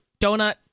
donut